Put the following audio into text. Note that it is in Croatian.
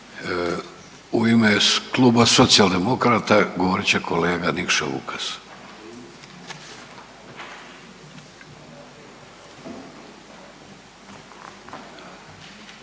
U ime Kluba Socijaldemokrata govorit će kolega Nikša Vukas.